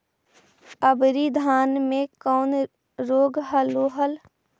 अबरि धाना मे कौन रोग हलो हल?